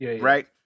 right